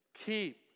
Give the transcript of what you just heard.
Keep